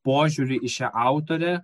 požiūrį į šią autorę